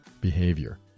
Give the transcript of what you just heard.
behavior